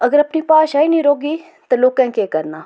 अगर अपनी भाशा गै नी रौह्गी ते लोकें गी केह् करना